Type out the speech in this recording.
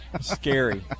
Scary